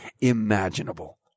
imaginable